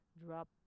drop